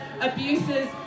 abuses